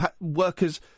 workers